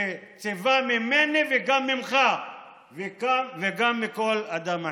שציווה אותי וגם אותך וגם כל אדם אחר.